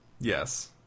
Yes